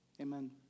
amen